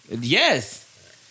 Yes